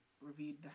reviewed